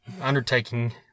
undertaking